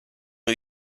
who